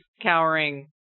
cowering